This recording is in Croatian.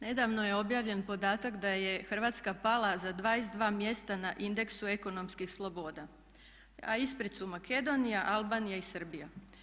Nedavno je objavljen podatak da je Hrvatska pala za 22 mjesta na indexu ekonomskih sloboda, a ispred su Makedonija, Albanija i Srbija.